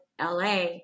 LA